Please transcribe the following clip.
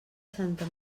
santa